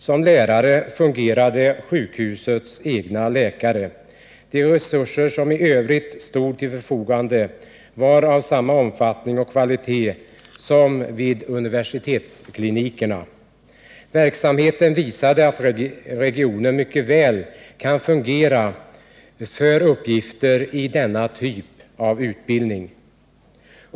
Som lärare fungerade sjukhusets egna läkare. De resurser som i övrigt stod till förfogande var av samma omfattning och kvalitet som vid universitetsklinikerna. Verksamheten visade att regionen mycket väl kan fungera för uppgifter i denna typ av utbildning.